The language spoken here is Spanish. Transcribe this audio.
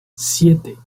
siete